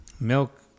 milk